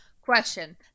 Question